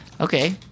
Okay